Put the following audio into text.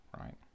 right